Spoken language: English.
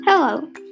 Hello